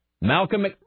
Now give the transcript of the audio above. Malcolm